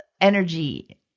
energy